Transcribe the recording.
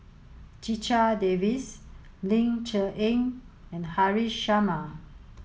Checha Davies Ling Cher Eng and Haresh Sharma